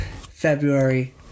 February